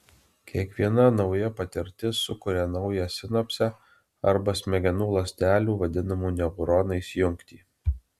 kiekviena nauja patirtis sukuria naują sinapsę arba smegenų ląstelių vadinamų neuronais jungtį